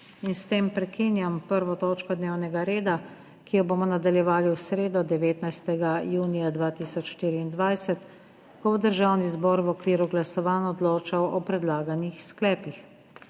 S tem prekinjam 1. točko dnevnega reda, ki jo bomo nadaljevali v sredo, 19. junija 2024, ko bo Državni zbor v okviru glasovanj odločal o predlaganih sklepih.